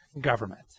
government